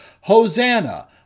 Hosanna